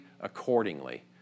accordingly